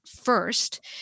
first